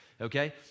okay